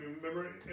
Remember